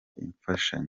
imfashanyo